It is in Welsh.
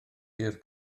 hir